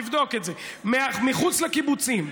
תבדוק את זה, מחוץ לקיבוצים,